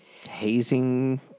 hazing